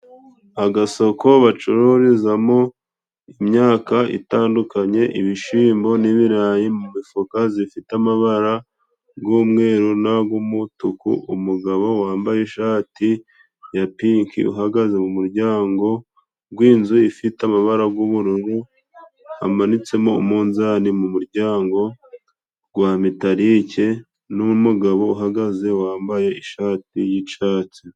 Agasoko bacururizamo imyaka itandukanye: ibishimbo, n'ibirayi mu mifuka zifite amabarag'umweru n'a g'umutuku, umugabo wambaye ishati ya pinki uhagaze mu muryango gwinzu ifite amabara g'ubururu hamanitsemo umunzani mu muryango gwa metalike, n'umugabo uhagaze wambaye ishati y'icatsi.